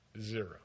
Zero